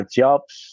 jobs